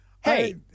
Hey